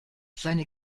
seine